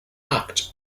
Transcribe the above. act